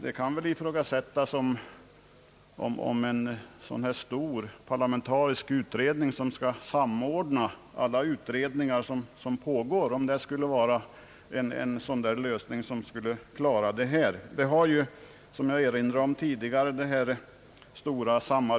Det kan väl ifrågasättas om en sådan här stor parlamentarisk utredning med uppgift att samordna alla pågående utredningar skulle vara en lösning av problemet. I det stora samarbetsorgan som jag erinrade om tidigare och som försö Ang.